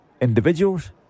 individuals